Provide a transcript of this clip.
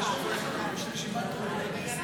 לא נתקבלה.